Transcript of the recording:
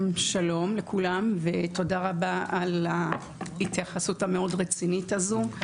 שלום לכולם ותודה רבה על ההתייחסות המאוד רצינית הזאת.